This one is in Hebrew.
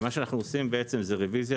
ומה שאנחנו עושים זה רוויזיה,